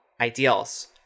ideals